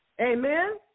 Amen